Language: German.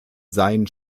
seien